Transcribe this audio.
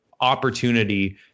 opportunity